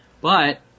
But-